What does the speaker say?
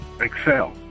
excel